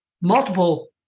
multiple